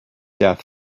death